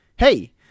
hey